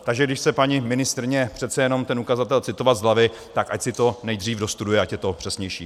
Takže když chce paní ministryně přece jen ten ukazatel citovat z hlavy, tak ať si to nejdřív dostuduje, ať je to přesnější.